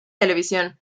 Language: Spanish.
televisión